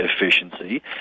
efficiency